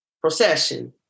procession